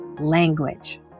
language